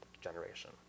generation